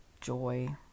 joy